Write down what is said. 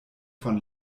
von